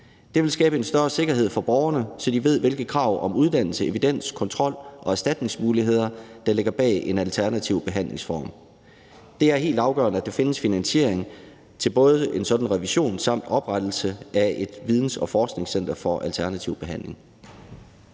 Det vil skabe større sikkerhed for borgerne, så de ved, hvilke krav om uddannelse, evidens, kontrol og erstatningsmulighed der ligger bag en alternativ behandlingsform. Det er helt afgørende, at der findes finansiering til en sådan revision og til oprettelse af et videns- og forskningscenter for alternativ behandling.«